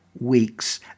weeks